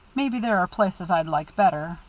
maybe there are places i'd like better,